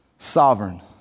Sovereign